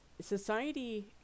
society